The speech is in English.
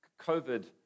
COVID